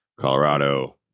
Colorado